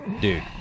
dude